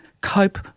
cope